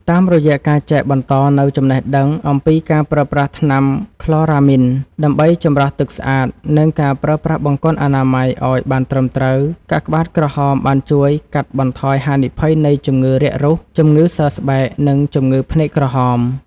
តាមរយៈការចែកបន្តនូវចំណេះដឹងអំពីការប្រើប្រាស់ថ្នាំក្លរ៉ាមីនដើម្បីចម្រោះទឹកស្អាត និងការប្រើប្រាស់បង្គន់អនាម័យឱ្យបានត្រឹមត្រូវ កាកបាទក្រហមបានជួយកាត់បន្ថយហានិភ័យនៃជំងឺរាករូស ជំងឺសើស្បែក និងជំងឺភ្នែកក្រហម។